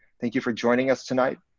thank you for joining us tonight,